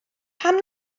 pam